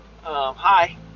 hi